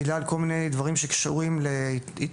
בגלל כל מיני דברים שקשורים להתארגנות.